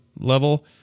Level